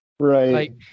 Right